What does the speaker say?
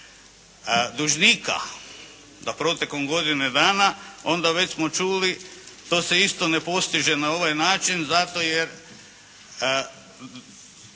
dužnika protekom godine dana onda već smo čuli to se isto ne postiže na ovaj način zato jer